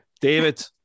David